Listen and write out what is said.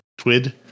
Twid